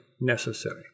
necessary